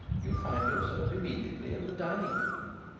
you find yourself immediately in the dining-room.